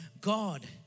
God